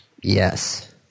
yes